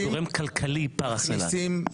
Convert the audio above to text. זה גורם כלכלי פר-אקסלנס.